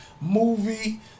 movie